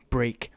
Break